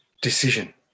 decision